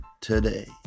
today